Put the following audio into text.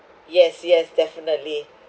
yes yes definitely